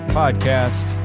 podcast